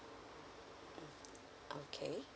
okay